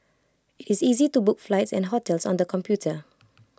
IT is easy to book flights and hotels on the computer